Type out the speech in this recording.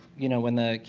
you know, when the,